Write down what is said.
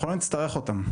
אנחנו לא נצטרך אותם.